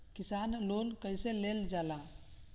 किसान लोन कईसे लेल जाला?